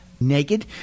naked